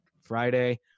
Friday